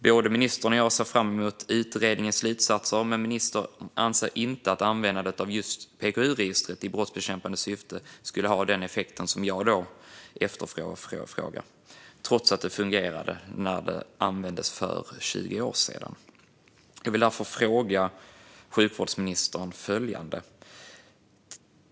Både jag och ministern ser fram emot utredningens slutsatser, men ministern anser inte att användandet av just PKU-registret i brottsbekämpande syfte skulle ha den effekt som jag efterfrågar, trots att det fungerade när det användes för 20 år sedan.